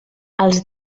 els